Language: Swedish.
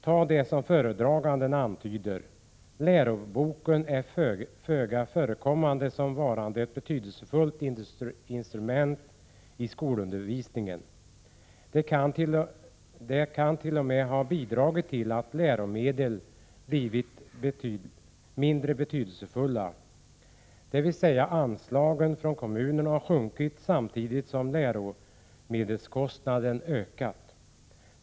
Föredragande statsrådet antyder exempelvis att läroboken inte förekommer som ett instrument i undervisningen i den utsträckning som borde vara fallet. Det kan ha bidragit till att läromedel blivit mindre betydelsefulla, dvs. anslagen från kommunerna har minskats samtidigt som läromedelskostnaden ökat.